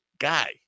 guy